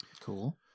Cool